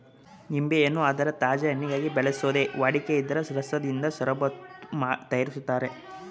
ನಿಂಬೆಯನ್ನು ಅದರ ತಾಜಾ ಹಣ್ಣಿಗಾಗಿ ಬೆಳೆಸೋದೇ ವಾಡಿಕೆ ಇದ್ರ ರಸದಿಂದ ಷರಬತ್ತು ತಯಾರಿಸ್ತಾರೆ